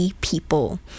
people